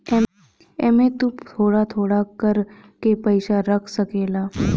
एमे तु थोड़ा थोड़ा कर के पईसा रख सकेल